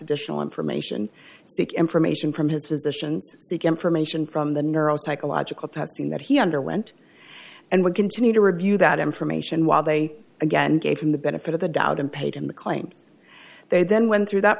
additional information seek information from his physicians seek information from the neuropsychological testing that he underwent and would continue to review that information while they again gave him the benefit of the doubt and paid in the claims they then went through that